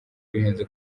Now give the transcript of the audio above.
bihenze